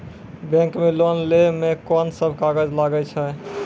Bank मे loan लै मे कोन सब कागज लागै छै?